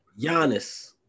Giannis